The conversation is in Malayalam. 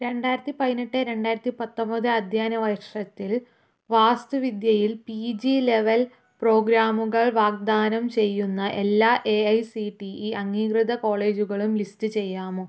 രണ്ടായിരത്തി പതിനെട്ട് രണ്ടായിരത്തി പത്തൊമ്പത് അധ്യയന വർഷത്തിൽ വാസ്തു വിദ്യയിൽ പി ജി ലെവൽ പ്രോഗ്രാമുകൾ വാഗ്ദാനം ചെയ്യുന്ന എല്ലാ A I C T E അംഗീകൃത കോളേജുകളും ലിസ്റ്റ് ചെയ്യാമോ